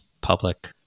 public